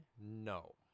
no